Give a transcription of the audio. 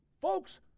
folks